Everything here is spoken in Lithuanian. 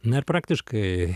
na ir praktiškai